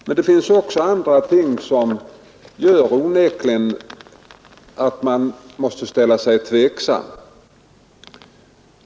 Men det finns också andra ting som onekligen gör att man måste ställa sig tveksam.